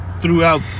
throughout